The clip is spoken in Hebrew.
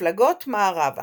הפלגות מערבה